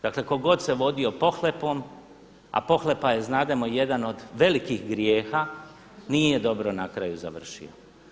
Dakle, tko god se vodio pohlepom, a pohlepa je znademo jedan od velikih grijeha nije dobro na kraju završio.